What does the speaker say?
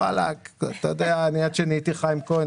אתה יודע עד שנהייתי חיים כהן,